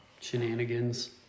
shenanigans